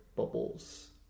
bubbles